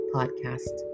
Podcast